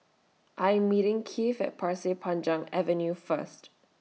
I Am meeting Kieth At Pasir Panjang Avenue First